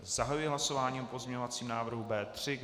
Zahajuji hlasování o pozměňovacím návrhu B3.